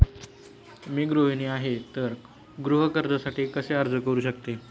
मी गृहिणी आहे तर गृह कर्जासाठी कसे अर्ज करू शकते?